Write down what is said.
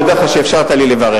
אני מודה לך על שאפשרת לי לברך.